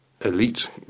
elite